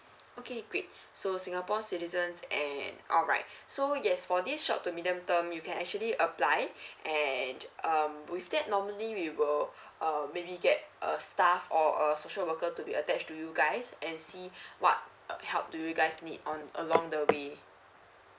okay great so singapore citizens and alright so yes for this short to medium term you can actually apply and um with that normally we will uh maybe get a staff or a social worker to be attached to you guys and see what uh help you guys need on along the way